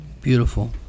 Beautiful